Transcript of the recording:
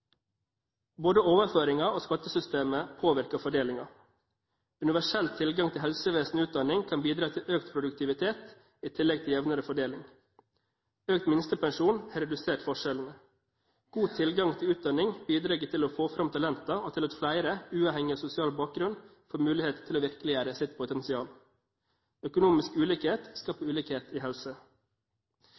Både overføringer og skattesystemet påvirker fordelingen. Universell tilgang til helsevesen og utdanning kan bidra til økt produktivitet, i tillegg til jevnere fordeling. Økt minstepensjon har redusert forskjellene. God tilgang til utdanning bidrar til å få fram talenter, og til at flere, uavhengig av sosial bakgrunn, får mulighet til å virkeliggjøre sitt potensial. Økonomisk ulikhet skaper ulikhet i helse.